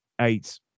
Eight